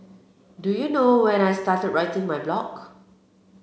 do you know when I started writing my blog